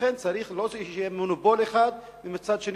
לכן אסור שיהיה מונופול אחד ומצד אחר